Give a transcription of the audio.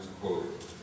quote